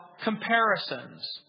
comparisons